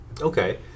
Okay